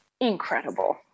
incredible